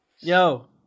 Yo